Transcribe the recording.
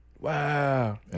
Wow